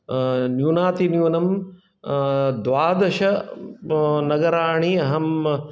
न्यूनातिन्यूनं द्वादश नगराणि अहम्